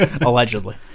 allegedly